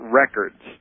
records